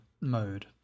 mode